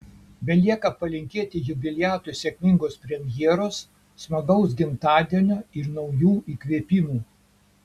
belieka palinkėti jubiliatui sėkmingos premjeros smagaus gimtadienio ir naujų įkvėpimų